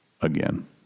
again